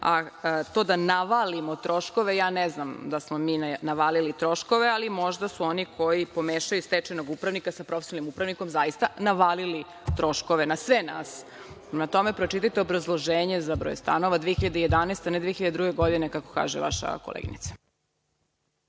a to da navalimo troškove. Ja ne znam da smo mi navalili troškove, ali možda su oni koji pomešaju stečajnog upravnika sa profesionalnim upravnikom zaista navalili troškove na sve nas. Prema tome, pročitajte obrazloženje za broj stanova 2011. a ne 2002. godine, kako kaže vaša koleginica.